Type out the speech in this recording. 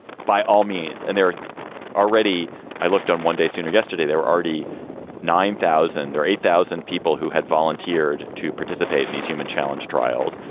by all means and there are already i looked on one day sooner yesterday there were already nine thousand or eight thousand people who had volunteered to participate in these human challenge trials.